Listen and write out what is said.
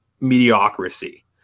mediocrity